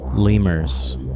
Lemurs